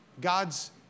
God's